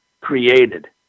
created